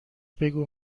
بگو